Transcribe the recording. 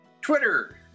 twitter